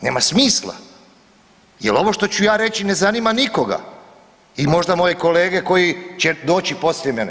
Nema smisla, jer ovo što ću ja reći ne zanima nikoga i možda moji kolege koji će doći poslije mene.